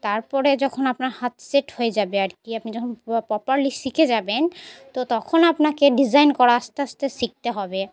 তারপরে যখন আপনার হাত সেট হয়ে যাবে আর কি আপনি যখন প্রপারলি শিখে যাবেন তো তখন আপনাকে ডিজাইন করা আস্তে আস্তে শিখতে হবে